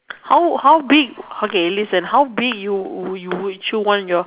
how how big okay listen how big you would you would want your